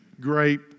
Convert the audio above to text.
grape